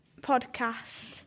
podcast